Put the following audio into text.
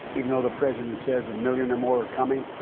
even though the president says a million or more are coming,